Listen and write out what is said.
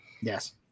Yes